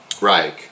Right